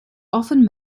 often